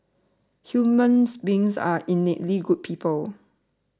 human beings are innately good people